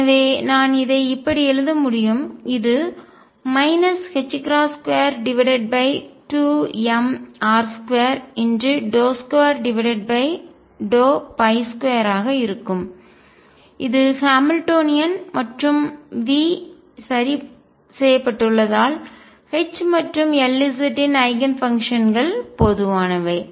எனவே நான் இதை இப்படி எழுத முடியும் இது 22mr222 ஆக இருக்கும் இது ஹாமில்டோனியன் மற்றும் V சரி செய்யப்பட்டுள்ளதால் H மற்றும் Lz இன் ஐகன்ஃபங்க்ஷன்கள் பொதுவானவை